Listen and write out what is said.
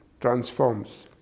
transforms